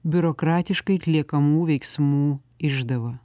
biurokratiškai atliekamų veiksmų išdava